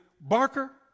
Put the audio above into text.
Barker